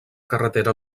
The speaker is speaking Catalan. carretera